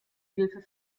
hilfe